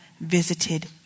visited